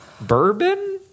Bourbon